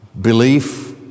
belief